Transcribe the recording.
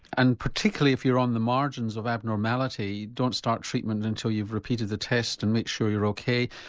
and particularly if you're on the margins of abnormality don't start treatment until you've repeated the test and made sure you're ok.